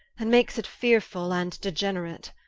and makes it fearefull and degenerate,